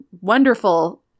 wonderful